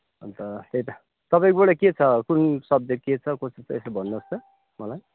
अन्त त्यही त तपाईँकोबाट के छ कुन सब्जेक्ट के छ कसो छ यसो भन्नुहोस् त मलाई